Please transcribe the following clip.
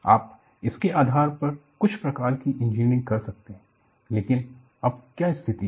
आप इसके आधार पर कुछ प्रकार की इंजीनियरिंग कर सकते हैं लेकिन अब क्या स्थिति है